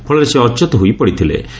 ଫଳରେ ସେ ଅଚେତ ହୋଇପଡ଼ିଥିବଲେ